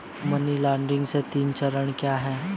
Money laundering के तीन चरण क्या हैं?